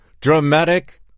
Dramatic